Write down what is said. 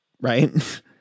right